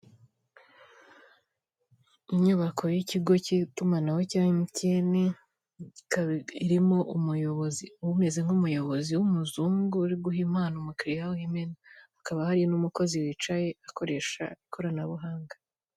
Inyubako y'ikigo k'itumanaho cya emutiyeni ikaba irimo umuyobozi, umeze nk'umuyobozi w'umuzungu uri guha impano umukiriya w'imena. Hakaba hari n'umukozi wicaye akaresha ikoranabuhanga.